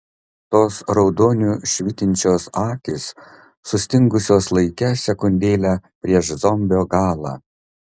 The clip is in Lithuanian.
tos raudoniu švytinčios akys sustingusios laike sekundėlę prieš zombio galą